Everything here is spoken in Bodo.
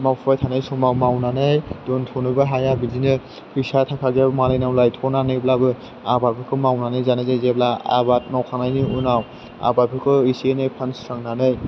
मावफुबाय थानाय समाव मावनानै दोन्थ'नोबो हाया बिदिनो फैसा थाखा जेबो मालायनियाव लायथ'नानैब्लाबो आबादफोरखौ मावनानै जानाय जायो जेब्ला आबाद मावखांनायनि उनाव आबादफोरखौ इसे एनै फानस्रांनानै